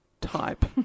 Type